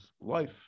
life